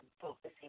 focusing